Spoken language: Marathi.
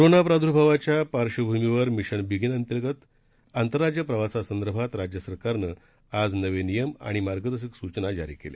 कोरोना प्रादुर्भावाच्या पार्श्वभूमीवर मिशन बिगीन अगेन अंतर्गत आंतरराज्य प्रवासासंदर्भात राज्य सरकारनं आज नवे नियम आणि मार्गदर्शक सूचना जारी केल्या